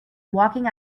walking